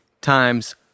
times